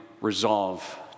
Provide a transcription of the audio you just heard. resolve